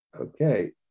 Okay